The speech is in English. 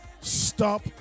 Stop